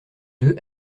deux